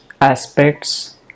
aspects